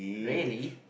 really